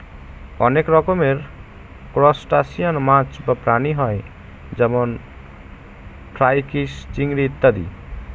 অনেক রকমের ত্রুসটাসিয়ান মাছ বা প্রাণী হয় যেমন ক্রাইফিষ, চিংড়ি ইত্যাদি